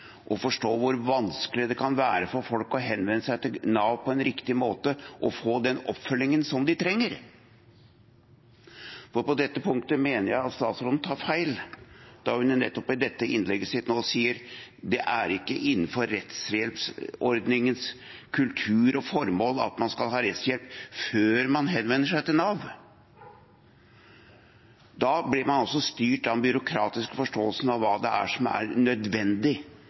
å forstå hvor vanskelig det kan være for folk å henvende seg til Nav på en riktig måte og få den oppfølgingen de trenger. På dette punktet mener jeg at statsråden tar feil når hun i innlegget sitt sier at det ikke er innenfor rettshjelpsordningens kultur og formål at man skal ha rettshjelp før man henvender seg til Nav. Da blir man altså styrt av den byråkratiske forståelsen av hva det er som er nødvendig,